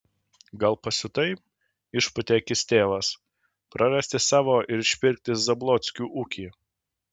gal pasiutai išpūtė akis tėvas prarasti savo ir išpirkti zablockių ūkį